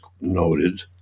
noted